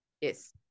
Yes